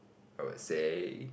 I would say